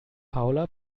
paula